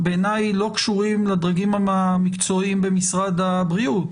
בעיניי הם לא קשורים לדרגים המקצועיים במשרד הבריאות,